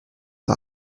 war